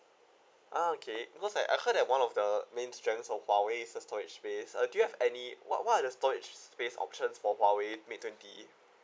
ah okay because I I heard that one of the main strength of Huawei is the storage space uh do you have any what what are the storage space option for Huawei mate twenty